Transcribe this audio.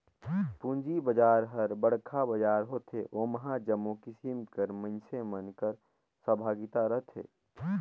पूंजी बजार हर बड़खा बजार होथे ओम्हां जम्मो किसिम कर मइनसे मन कर सहभागिता रहथे